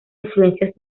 influencias